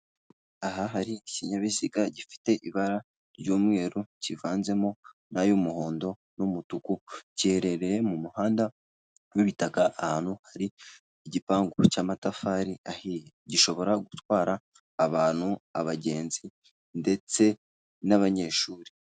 Aha hari ikinyabiziga gifite ibara ry'umweru kivanzemo nay'umuhondo n'umutuku, giherereye mumuhanda w'ibitaka ahantu hari igipangu cy'amatafari ahiye gishobora gutwara abantu, abagenzi, ndetse n'abanyeshuri.